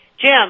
Jim